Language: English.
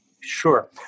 Sure